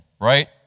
right